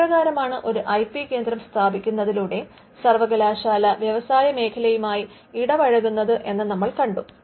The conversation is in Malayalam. എപ്രകാരമാണ് ഒരു ഐ പി കേന്ദ്രം സ്ഥാപിക്കുന്നതിലൂടെ സർവകലാശാല വ്യവസായ മേഖലയുമായി ഇടപഴകുന്നത് എന്ന് നമ്മൾ കണ്ടു